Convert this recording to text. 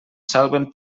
salven